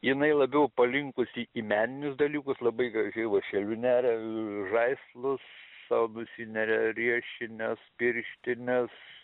jinai labiau palinkusi į meninius dalykus labai gražiai vąšeliu neria žaislus sau nusineria riešines pirštines